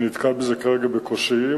אני נתקל כרגע בקשיים,